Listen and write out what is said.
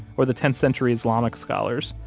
or the tenth century islamic scholars,